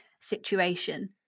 situation